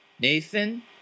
Nathan